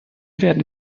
werden